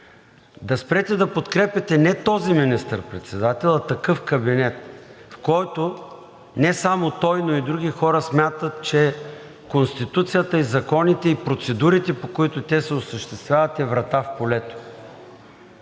да спрете да подкрепяте не този министър-председател, а такъв кабинет, който не само той, но и други хора смятат, че Конституцията, законите и процедурите, по които те се осъществяват, е врата в полето.